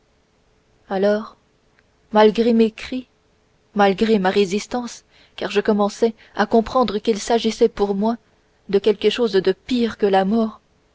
alors malgré mes cris malgré ma résistance car je commençais à comprendre qu'il s'agissait pour moi de quelque chose de pire que la mort